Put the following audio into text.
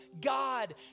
God